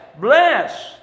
Bless